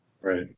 right